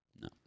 no